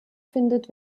findet